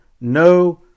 no